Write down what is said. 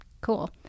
cool